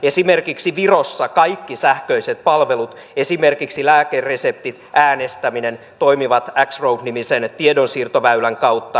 esimerkiksi virossa kaikki sähköiset palvelut esimerkiksi lääkereseptit ja äänestäminen toimivat x road nimisen tiedonsiirtoväylän kautta